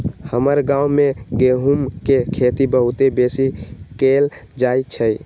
हमर गांव में गेहूम के खेती बहुते बेशी कएल जाइ छइ